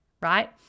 right